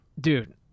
dude